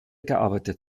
gearbeitet